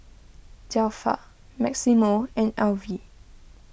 Zelpha Maximo and Alvy